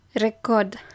record